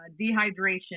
dehydration